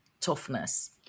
toughness